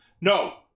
No